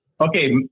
Okay